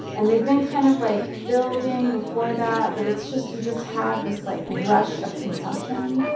and they've been kind of, like, building before that, but it's just you just have this, like, rush of consumption